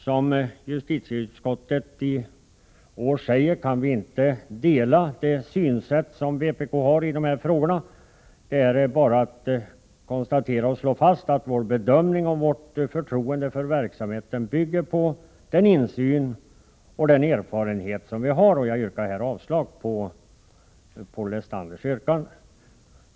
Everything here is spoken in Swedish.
Som justitieutskottet i år anför kan vi inte dela det synsätt som vpk har i dessa frågor. Det är bara att konstatera och slå fast att vår bedömning och vårt förtroende för verksamheten bygger på den insyn och den erfarenhet vi har. Jag yrkar härmed avslag på Paul Lestanders yrkande.